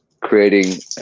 creating